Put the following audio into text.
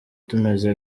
tumeze